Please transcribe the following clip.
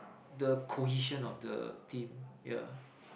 the cohesion of the team yeah